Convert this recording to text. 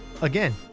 again